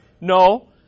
No